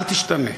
אל תשתנה.